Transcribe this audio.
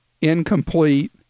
incomplete